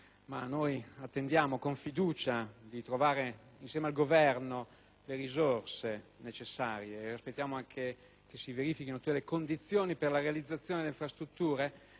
Ma noi attendiamo con fiducia di trovare insieme al Governo le risorse necessarie e aspettiamo che si verifichino tutte le condizioni per realizzare infrastrutture